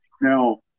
Now